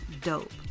dope